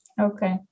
Okay